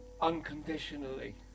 unconditionally